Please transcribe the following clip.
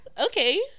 okay